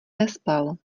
nespal